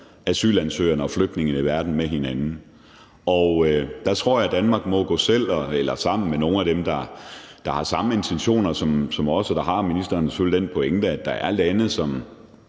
asylansøgere og flygtninge i verden med hinanden. Der tror jeg, at Danmark må gå selv eller sammen med nogle af dem, der har samme intentioner som os, og der har ministeren selvfølgelig den pointe, at der er lande som